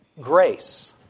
Grace